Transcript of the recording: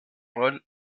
rol